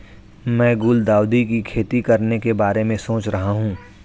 मैं गुलदाउदी की खेती करने के बारे में सोच रही हूं